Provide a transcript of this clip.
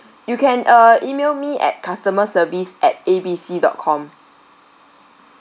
you can uh email me at customer service at A B C dot com